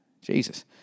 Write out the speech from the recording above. Jesus